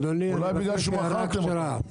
אולי בגלל שמכרתם אותה.